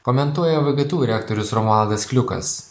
komentuoja vgtu rektorius romualdas kliukas